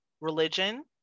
religion